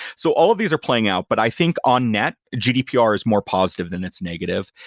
so all of these are playing out, but i think on net, gdpr is more positive than it's negative.